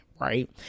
Right